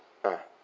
ah